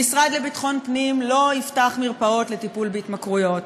המשרד לביטחון הפנים לא יפתח מרפאות לטיפול בהתמכרויות,